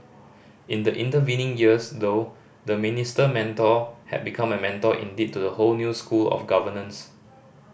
in the intervening years though the Minister Mentor had become a mentor indeed to a whole new school of governance